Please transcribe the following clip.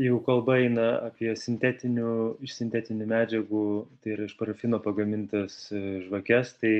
jeigu kalba eina apie sintetinių iš sintetinių medžiagų tai yra iš parafino pagamintas žvakes tai